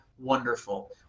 wonderful